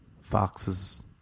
foxes